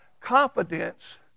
confidence